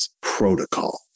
Protocol